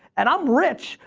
and i'm rich,